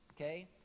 okay